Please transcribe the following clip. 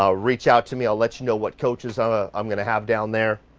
um reach out to me i'll let you know what coaches i'm ah i'm going to have down there.